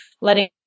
letting